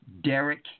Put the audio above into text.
Derek